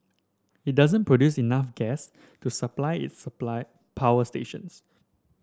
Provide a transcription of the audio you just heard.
it doesn't produce enough gas to supply its supply power stations